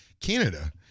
Canada